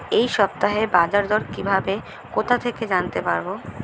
এই সপ্তাহের বাজারদর কিভাবে কোথা থেকে জানতে পারবো?